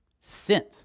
sent